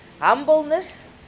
HUMBLENESS